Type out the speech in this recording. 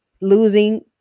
losing